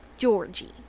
Georgie